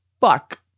fuck